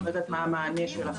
אני לא יודעת מה המענה שלכם.